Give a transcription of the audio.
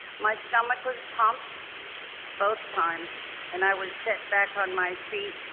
my stomach was pumped both times and i was set back on my feet,